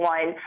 One